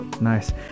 nice